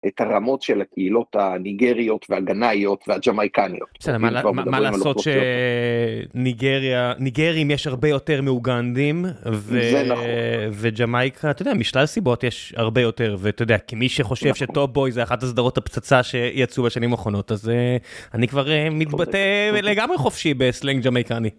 את הרמות של הקהילות הניגריות והגנאיות והג'מאיקניות. מה לעשות שניגריה, ניגרים יש הרבה יותר מאוגנדים, וג'מאיקה, אתה יודע, משלל סיבות יש הרבה יותר, ואתה יודע, כמי שחושב שטופ בוי זה אחת הסדרות הפצצה שיצאו בשנים האחרונות, אז אני כבר מתבטא לגמרי חופשי בסלנג ג'מאיקני.